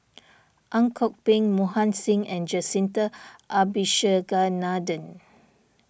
Ang Kok Peng Mohan Singh and Jacintha Abisheganaden